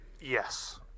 Yes